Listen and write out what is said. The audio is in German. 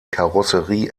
karosserie